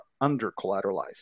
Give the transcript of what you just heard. under-collateralized